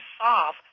solve